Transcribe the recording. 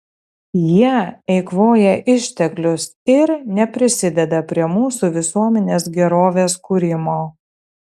jie eikvoja išteklius ir neprisideda prie mūsų visuomenės gerovės kūrimo